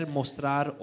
mostrar